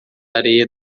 areia